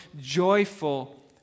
joyful